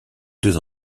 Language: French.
deux